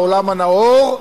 העולם הנאור,